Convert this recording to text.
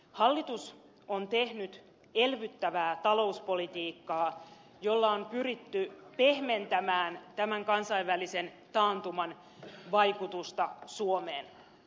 hallitus on tehnyt elvyttävää talouspolitiikkaa jolla on pyritty pehmentämään tämän kansainvälisen taantuman vaikutusta suomeen